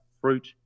fruit